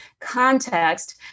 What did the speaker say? context